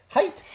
Height